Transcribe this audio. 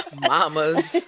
mamas